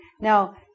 Now